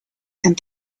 and